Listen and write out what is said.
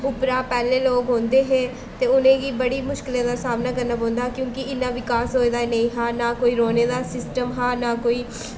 उप्परा पैह्लें लोग औंदे हे ते उ'नें गी बड़ी मुश्कलें दा सामना करना पौंदा हा क्योंकि इन्ना बिकास होए दा नेईं हा ना कोई रौह्ने दा सिस्टम हा ना कोई